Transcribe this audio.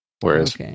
whereas